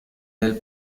del